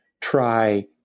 try